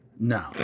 No